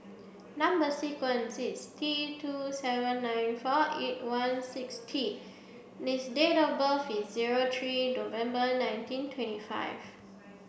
number sequence is T two seven nine four eight one six T and date of birth is zero three November nineteen twenty five